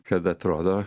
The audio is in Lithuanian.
kad atrodo